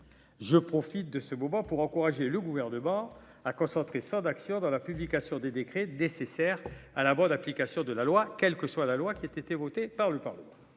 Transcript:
je profite de ce moment pour encourager le gouvernement a concentré enfin d'actions dans la publication des décrets d'nécessaires à la bonne application de la loi, quelle que soit la loi qui était votée par le Parlement,